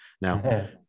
Now